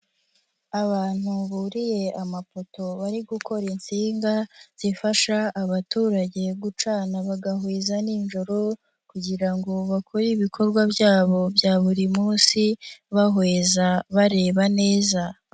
Abantu buriye amapoto bari gukora insinga, zifasha abaturage gucana bagahweza nijoro kugira ngo bakore ibikorwa byabo bya buri munsi bahweza bareba neza.